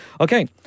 Okay